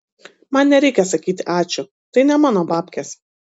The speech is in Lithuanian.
man nereikia sakyti ačiū tai ne mano babkės